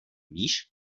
víš